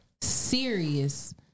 serious